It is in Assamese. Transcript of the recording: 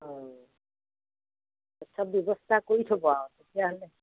অঁ চব ব্যৱস্থা কৰি থব আৰু তেতিয়াহ'লে